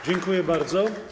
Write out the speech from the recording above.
Dziękuję bardzo.